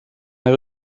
have